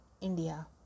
India